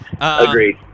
Agreed